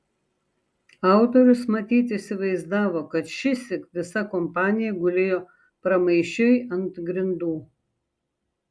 autorius matyt įsivaizdavo kad šįsyk visa kompanija gulėjo pramaišiui ant grindų